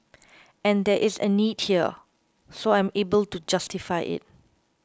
and there is a need here so I'm able to justify it